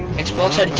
expulsion